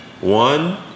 One